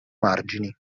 margini